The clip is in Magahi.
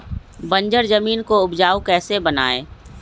बंजर जमीन को उपजाऊ कैसे बनाय?